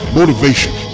motivation